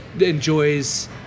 enjoys